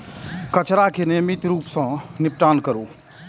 कचरा के नियमित रूप सं निपटान करू